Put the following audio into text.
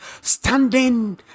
standing